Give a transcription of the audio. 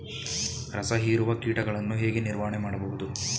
ರಸ ಹೀರುವ ಕೀಟಗಳನ್ನು ಹೇಗೆ ನಿರ್ವಹಣೆ ಮಾಡಬಹುದು?